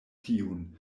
tiun